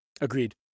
Agreed